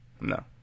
no